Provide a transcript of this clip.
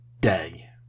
day